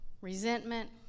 resentment